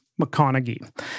McConaughey